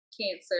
Cancer